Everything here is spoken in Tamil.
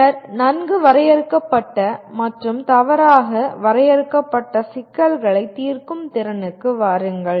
பின்னர் நன்கு வரையறுக்கப்பட்ட மற்றும் தவறாக வரையறுக்கப்பட்ட சிக்கல்களைத் தீர்க்கும் திறனுக்கு வாருங்கள்